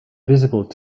visible